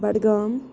Budgam